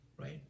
right